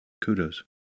kudos